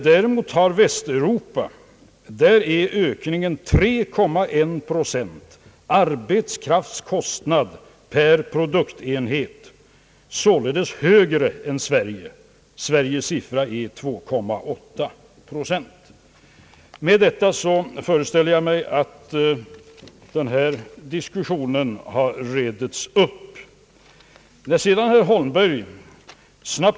I Västeuropa är däremot ökningen 3,1 procent i arbetskraftskostnad per produktenhet, således högre än i Sverige. Sveriges siffra är 2,8 procent. Med detta föreställer jag mig att den här diskussionen har retts upp.